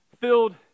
filled